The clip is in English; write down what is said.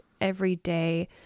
everyday